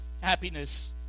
Happiness